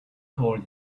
called